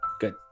Good